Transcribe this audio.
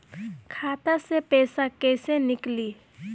खाता से पैसा कैसे नीकली?